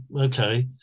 okay